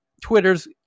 Twitter's